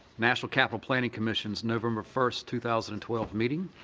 national capital planning commission's november first, two thousand and twelve meeting.